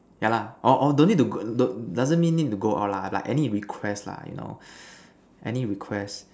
yeah lah or or don't need to go doesn't mean need to go out lah like any request lah you know any request